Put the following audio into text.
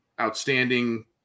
outstanding